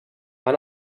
han